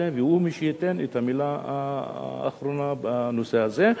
והוא שייתן את המלה האחרונה בנושא הזה.